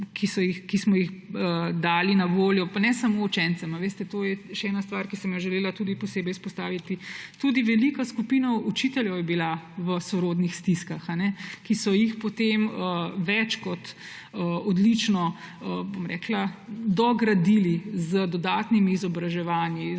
in pol dali na voljo. Pa ne samo učencem, veste, to je še ena stvar, ki sem jo želela tudi posebej izpostaviti, tudi velika skupina učiteljev je bila v sorodnih stiskah, ki so jih potem več kot odlično, bom rekla, dogradili z dodatnimi izobraževanji,